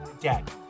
Dead